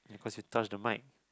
cause you touch the mic